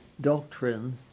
Doctrine